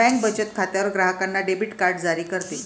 bank बचत खात्यावर ग्राहकांना डेबिट कार्ड जारी करते